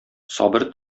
сабыр